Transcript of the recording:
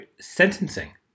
sentencing